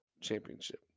Championship